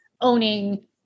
owning